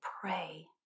pray